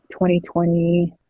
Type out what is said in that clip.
2020